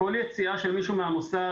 כל יציאה של מישהו מהמוסד